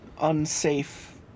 unsafe